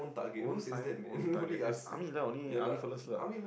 own time own target is army lah only army fellas lah